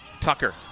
Tucker